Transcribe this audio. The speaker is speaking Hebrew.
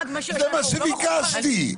זה מה שביקשתי,